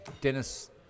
dennis